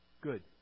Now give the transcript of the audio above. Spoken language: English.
good